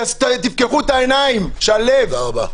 תפקחו את העיניים, שהלב --- תודה רבה.